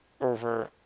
over